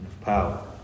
power